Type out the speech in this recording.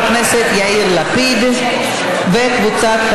אנחנו פשוט עלינו מדרגה בעניין הזה באופן